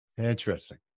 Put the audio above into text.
Interesting